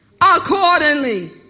Accordingly